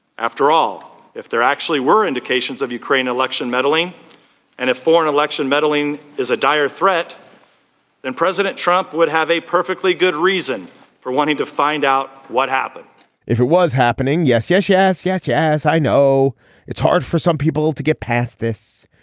after all if there actually were indications of ukraine election meddling and a foreign election meddling is a dire threat and president president trump would have a perfectly good reason for wanting to find out what happened if it was happening. yes yes yes yes yeah yes i know it's hard for some people to get past this.